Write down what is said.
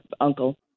uncle